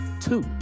two